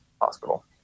hospital